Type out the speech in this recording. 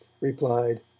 replied